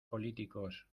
políticos